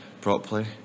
Properly